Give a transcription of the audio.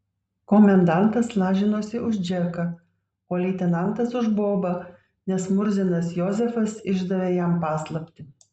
komendantas lažinosi už džeką o leitenantas už bobą nes murzinas jozefas išdavė jam paslaptį